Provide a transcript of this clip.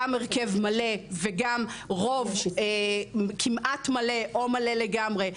גם הרכב מלא וגם רוב כמעט מלא או מלא לגמרי,